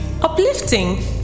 uplifting